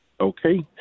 Okay